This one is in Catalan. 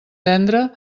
tendre